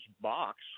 box